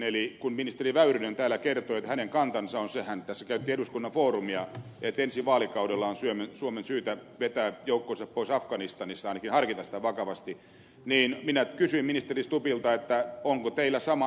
eli kun ministeri väyrynen täällä kertoi että hänen kantansa on se hän tässä käytti eduskunnan foorumia että ensi vaalikaudella on suomen syytä vetää joukkonsa pois afganistanista ainakin harkita sitä vakavasti niin minä kysyin ministeri stubbilta onko teillä sama näkemys